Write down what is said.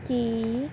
ਕੀ